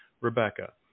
Rebecca